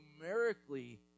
numerically